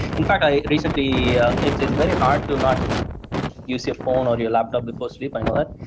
in fact, i recently it's very hard to not use your phone or your laptop before sleep, i know that.